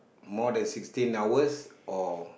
more than sixteen hours or